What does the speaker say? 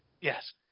Yes